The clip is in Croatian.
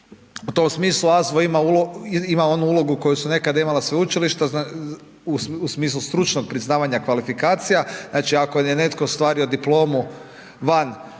U tom smislu AZVO ima onu ulogu koju su nekad imala sveučilišta u smislu stručnog priznavanja kvalifikacija, znači, ako je netko ostvario diplomu van